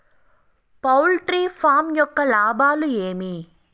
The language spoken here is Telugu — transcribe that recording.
పౌల్ట్రీ ఫామ్ యొక్క లాభాలు ఏమి